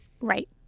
Right